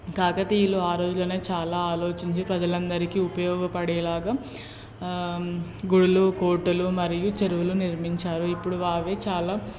కాకతీయులు ఆరోజుల్లోనే చాలా ఆలోచించి ప్రజలందరికీ ఉపయోగపడేలాగ గుడులు కోటలు మరియు చెరువులు నిర్మించారు ఇప్పుడు అవి చాలా